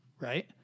Right